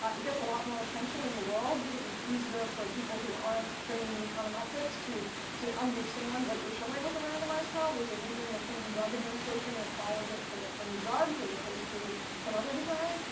ah it gets a lot more attention in the world because it's easier for people who aren't trained in econometrics to to understand what you're showing with a randomized trial. there's a reason the food and drug administration requires it for new drugs as opposed to some other design.